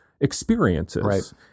experiences